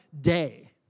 day